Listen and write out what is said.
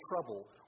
trouble